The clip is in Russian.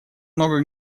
много